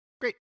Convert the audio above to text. Great